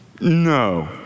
No